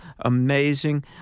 amazing